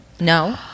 No